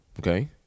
Okay